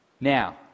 Now